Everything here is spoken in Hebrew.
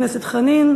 חבר הכנסת חנין,